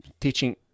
teaching